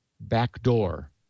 backdoor